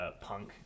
punk